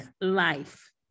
life